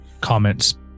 comments